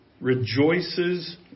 Rejoices